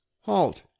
Halt